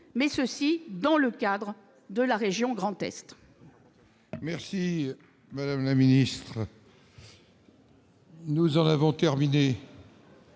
mais cela dans le cadre de la région Grand Est.